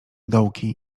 dołki